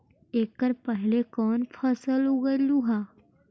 एकड़ पहले कौन फसल उगएलू हा?